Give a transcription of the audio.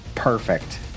perfect